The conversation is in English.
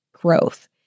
growth